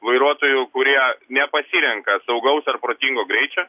vairuotojų kurie nepasirenka saugaus ar protingo greičio